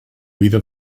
vida